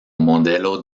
modelo